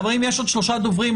חברים, יש עוד שלושה דוברים.